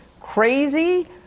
crazy